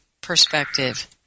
perspective